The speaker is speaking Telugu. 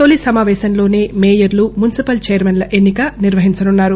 తొలి సమావేశంలోనే మేయర్లు మున్సిపల్ చైర్మన్ల ఎన్నిక నిర్వహించనున్నారు